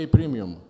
Premium